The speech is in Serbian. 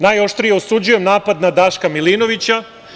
Najoštrije osuđujem napad na Daška Milinovića.